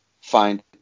find